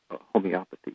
homeopathy